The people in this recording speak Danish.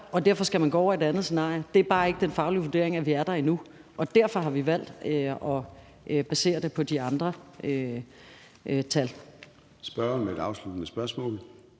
man derfor skal gå over til et andet scenarie. Det er bare ikke den faglige vurdering, at vi er der endnu, og derfor har vi valgt at basere det på de andre tal.